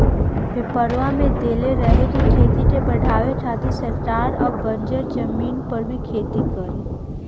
पेपरवा में देले रहे की खेती के बढ़ावे खातिर सरकार अब बंजर जमीन पर भी खेती करी